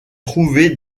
trouver